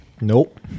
Nope